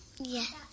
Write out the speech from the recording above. Yes